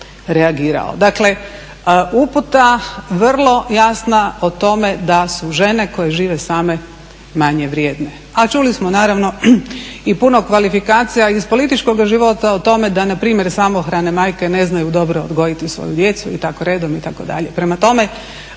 Dakle uputa vrlo jasna o tome da su žene koje žive same manje vrijedne. A čuli smo naravno i puno kvalifikacija iz političkoga života o tome da npr. samohrane majke ne znaju dobro odgojiti svoju djecu i tako redom, itd..